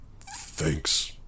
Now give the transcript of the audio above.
Thanks